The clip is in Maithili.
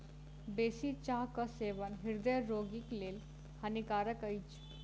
बेसी चाहक सेवन हृदय रोगीक लेल हानिकारक अछि